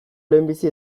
lehenbizi